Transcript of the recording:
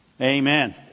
Amen